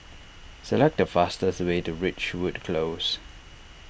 select the fastest way to Ridgewood Close